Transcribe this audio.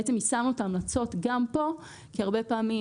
בעצם יישמנו את ההמלצות גם כאן כי הרבה פעמים,